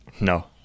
No